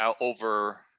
over